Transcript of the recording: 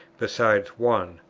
besides one.